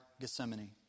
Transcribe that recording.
Gethsemane